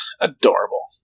Adorable